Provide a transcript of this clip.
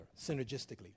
synergistically